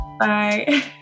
Bye